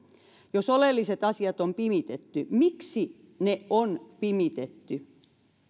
jos oleelliset asiat on pimitetty miksi ne on pimitetty